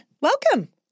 welcome